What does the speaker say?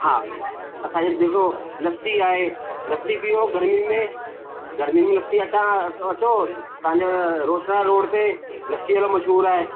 हा असांजी ॾिसो लस्सी आहे लस्सी पीओ गर्मियुनि में गर्मियुनि में लसी अछा अचो तव्हां जा रोशरा रोड ते लस्सीअ वारो मशहूरु आहे